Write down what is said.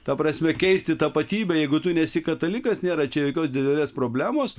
ta prasme keisti tapatybę jeigu tu nesi katalikas nėra čia jokios didelės problemos